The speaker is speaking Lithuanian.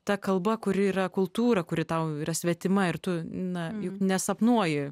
ta kalba kuri yra kultūra kuri tau yra svetima ir tu na juk nesapnuoji